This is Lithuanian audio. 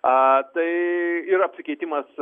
a tai ir apsikeitimas